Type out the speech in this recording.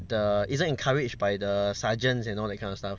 the isn't encouraged by the sergeants and all that kind of stuff